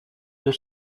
deux